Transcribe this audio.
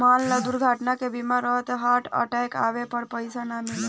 मान ल दुर्घटना के बीमा रहल त हार्ट अटैक आवे पर पइसा ना मिलता